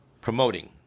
promoting